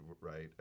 right